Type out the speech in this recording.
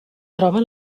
troba